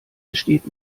besteht